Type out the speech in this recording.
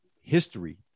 history